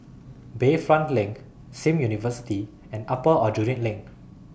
Bayfront LINK SIM University and Upper Aljunied LINK